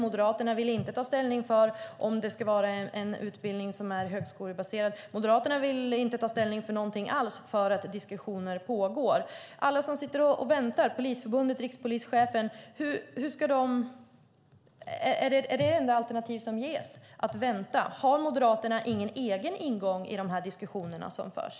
Moderaterna vill inte ta ställning för om det ska vara en utbildning som är högskolebaserad. Moderaterna vill inte ta ställning för någonting alls för att diskussioner pågår. Är vänta det enda alternativet som ges till alla dem, Polisförbundet och rikspolischefen, som väntar? Har Moderaterna ingen egen ingång i diskussionerna som förs?